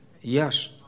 Yes